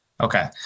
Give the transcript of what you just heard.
Okay